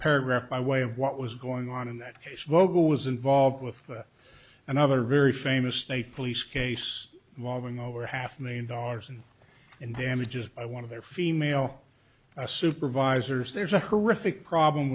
paragraph by way of what was going on in that case vocal was involved with another very famous state police case involving over half a million dollars in damages by one of their female a supervisors there's a horrific problem